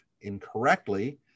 incorrectly